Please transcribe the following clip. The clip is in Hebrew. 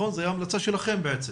זו הייתה המלצה שלכם נכון?